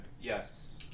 Yes